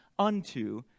unto